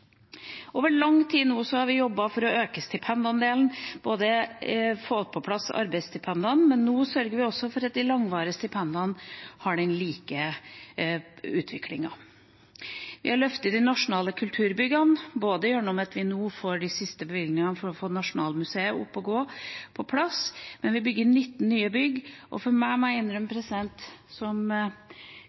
Over lang tid nå har vi jobbet for å øke stipendandelen, ikke bare å få på plass arbeidsstipendene, men nå sørger vi også for at de langvarige stipendene har lik utvikling. Vi har løftet de nasjonale kulturbyggene, både gjennom at vi nå får de siste bevilgningene for å få Nasjonalmuseet på plass, og at vi bygger 19 nye bygg. Som gammel trønder fra nordre del av Trøndelag må jeg innrømme